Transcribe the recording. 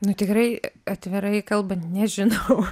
nu tikrai atvirai kalbant nežinau